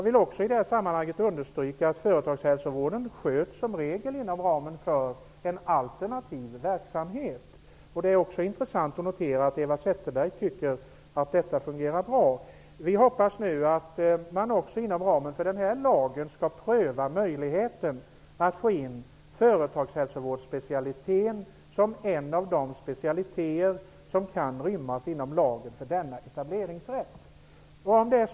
I det här sammanhanget vill jag också understryka att företagshälsovården som regel sköts inom ramen för en alternativ verksamhet. Det är också intressant att notera att Eva Zetterberg tycker att detta fungerar bra. Vi hoppas nu att man också skall pröva möjligheten att få in företagshälsovårdsspecialiteten som en av de specialiteter som kan rymmas inom lagen för denna etableringsrätt.